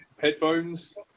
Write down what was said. Headphones